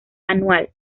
anual